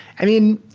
i mean,